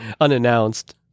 unannounced